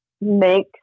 make